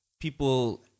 people